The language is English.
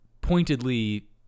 pointedly